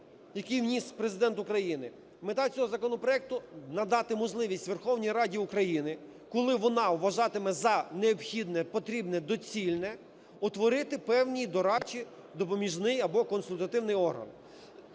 який вніс Президент України? Мета цього законопроекту: надати можливість Верховній Раді України, коли вона вважатиме за необхідне, потрібне, доцільне, утворити певний дорадчий, допоміжний або консультативний орган.